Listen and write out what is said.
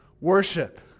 Worship